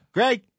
Greg